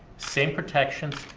same protections,